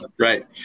Right